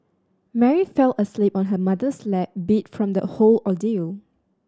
Mary fell asleep on her mother's lap beat from the whole ordeal